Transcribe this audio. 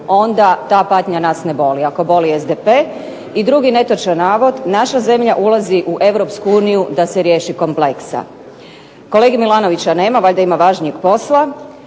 onda ta patnja nas ne boli, ako boli SDP. I drugi netočan navod, naša zemlja ulazi u Europsku uniju da se riješi kompleksa. Kolege Milanovića nema, valjda ima važnijeg posla,